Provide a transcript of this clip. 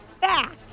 Fact